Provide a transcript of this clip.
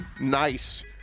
nice